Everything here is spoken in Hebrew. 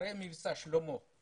אחרי מבצע שלמה,